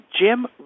Jim